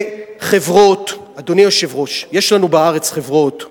אדוני היושב-ראש, יש לנו בארץ חברות,